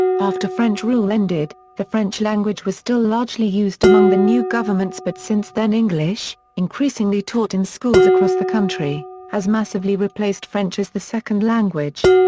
after french rule ended, the french language was still largely used among the new governments but since then english, increasingly taught in schools across the country, has massively replaced french as the second language.